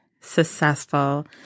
successful